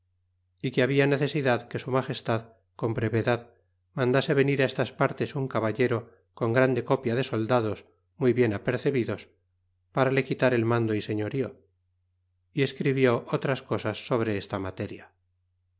y que habia necesidad que su magestad con brevedad mandase venir á estas partes un caballero con grande copia de soldados muy bien apercebidos para le quitar el mando y señorío y escribió otras cosas sobre esta materia